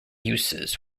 uses